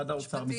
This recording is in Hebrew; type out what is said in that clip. משרד המשפטים,